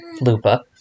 Lupa